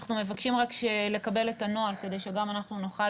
אנחנו מבקשים לקבל את הנוהל כדי שגם אנחנו נוכל